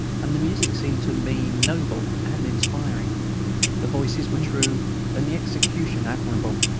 and the music seemed to me noble and inspiring the voices were true and the execution admirable.